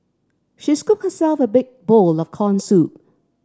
she scooped herself a big bowl of corn soup